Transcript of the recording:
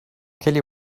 kelly